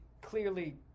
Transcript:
clearly